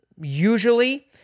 Usually